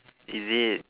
is it